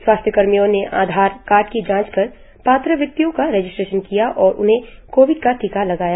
स्वास्थ्य कर्मियों ने आधार कार्ड की जांच कर पात्र व्यक्तियों का रजिस्ट्रेशन किया और उन्हें कोविड का टीका लगाया